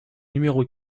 numéro